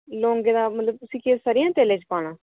लौंगे दा मतलब उस्सी केह् स'रेआं दे तेले च पाना